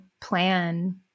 plan